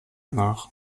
nach